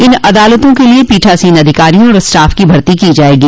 इन अदालतों के लिए पीठासीन अधिकारियों और स्टाफ की भर्ती की जायेगी